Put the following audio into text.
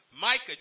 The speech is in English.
Micah